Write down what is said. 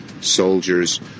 soldiers